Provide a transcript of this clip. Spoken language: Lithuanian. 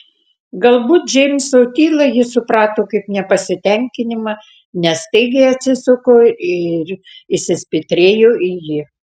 galbūt džeimso tylą ji suprato kaip nepasitenkinimą nes staigiai atsisuko ir įsispitrėjo į jį